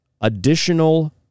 additional